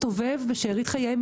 לפניך?